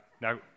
Now